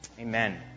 amen